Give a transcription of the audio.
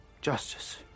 justice